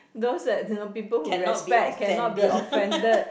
those that the people who respect cannot be offended